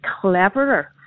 cleverer